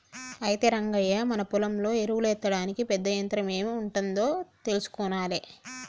అయితే రంగయ్య మన పొలంలో ఎరువులు ఎత్తడానికి పెద్ద యంత్రం ఎం ఉంటాదో తెలుసుకొనాలే